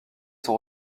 sont